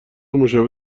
مشابه